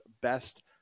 best